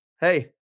Hey